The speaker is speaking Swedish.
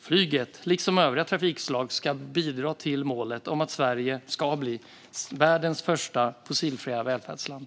Flyget, liksom övriga trafikslag, ska bidra till målet om att Sverige ska bli världens första fossilfria välfärdsland.